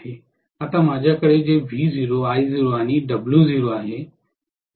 आता माझ्याकडे जे V0 I0 आणि W0 आहे